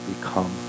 become